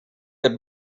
had